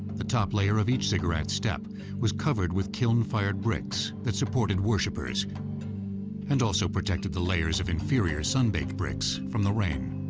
the top layer of each ziggurat step was covered with kiln-fired bricks that supported worshipers and also protected the layers of inferior sun-baked bricks from the rain.